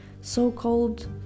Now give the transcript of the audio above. so-called